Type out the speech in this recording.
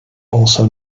also